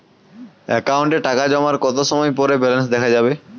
অ্যাকাউন্টে টাকা জমার কতো সময় পর ব্যালেন্স দেখা যাবে?